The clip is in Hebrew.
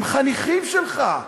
הם חניכים שלך.